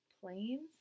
Planes